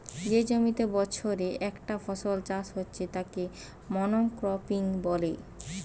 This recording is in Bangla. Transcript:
যে জমিতে বছরে একটা ফসল চাষ হচ্ছে তাকে মনোক্রপিং বলে